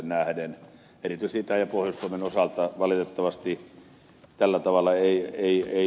erityisesti itä ja pohjois suomen osalta valitettavasti tällä tavalla ei ole